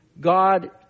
God